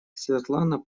светлана